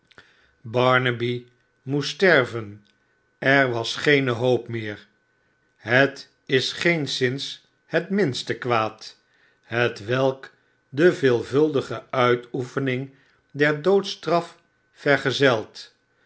barnaby moest sterven er was geene hoop meer het is geenszins het minste kwaad hetwelk de veelvuldige uitoefening der doodstraf vergezelt